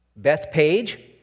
Bethpage